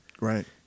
Right